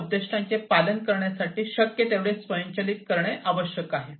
च्या उद्दीष्टांचे पालन करण्यासाठी शक्य तेवढे स्वयंचलित करणे आवश्यक आहे